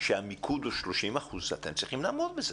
שהמיקוד הוא 30% אתם צריכים לעמוד בזה.